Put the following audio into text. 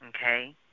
Okay